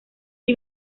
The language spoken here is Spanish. hay